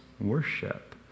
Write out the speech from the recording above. worship